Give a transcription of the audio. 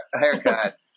haircut